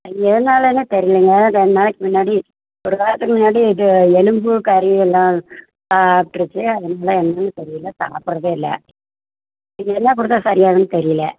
எதனாலன்ன தெரியலங்க ரெண்டு நாளைக்கு முன்னாடி ஒரு வாரத்துக்கு முன்னாடி இது எலும்பு கறி எல்லாம் சாப்பிட்ருச்சி அதனால என்னென்னும் தெரியல சாப்பிட்றதே இல்லை இது என்ன கொடுத்தா சரியாகுன்னு தெரியல